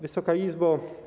Wysoka Izbo!